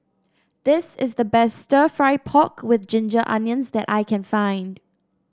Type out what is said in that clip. this is the best stir fry pork with Ginger Onions that I can find